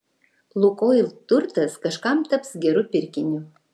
lukoil turtas kažkam taps geru pirkiniu